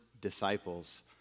Disciples